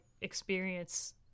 experience